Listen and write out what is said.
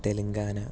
Telangana